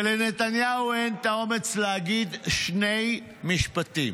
ולנתניהו אין את האומץ להגיד שני משפטים,